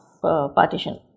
partition